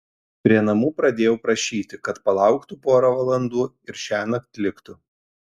prie namų pradėjau prašyti kad palauktų porą valandų ir šiąnakt liktų